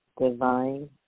divine